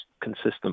consistent